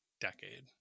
decade